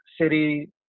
city